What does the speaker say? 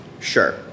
Sure